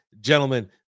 Gentlemen